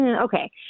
okay